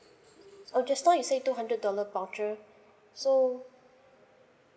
oh just now you say two hundred dollar voucher so